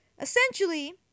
Essentially